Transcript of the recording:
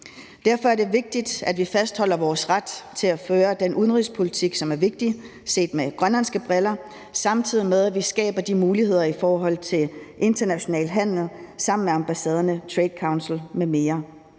Derfor er det vigtigt, at vi fastholder vores ret til at føre den udenrigspolitik, som er vigtig, set med grønlandske briller, samtidig med at vi skaber de muligheder i forhold til international handel sammen med ambassaderne, The Trade Council m.m.